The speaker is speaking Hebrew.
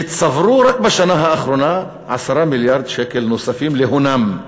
שצברו רק בשנה האחרונה 10 מיליארד שקל נוספים להונם.